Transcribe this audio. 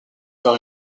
par